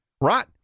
right